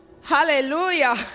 hallelujah